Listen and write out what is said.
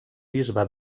bisbe